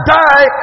die